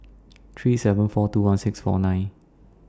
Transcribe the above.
three seven four two one six four nine